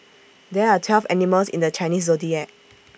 there are twelve animals in the Chinese Zodiac